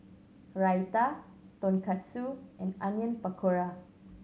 Raita Tonkatsu and Onion Pakora